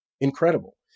incredible